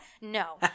No